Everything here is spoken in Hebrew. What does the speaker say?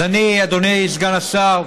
אז אני, אדוני סגן השר,